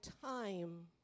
time